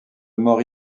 mort